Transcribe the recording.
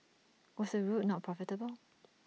was the route not profitable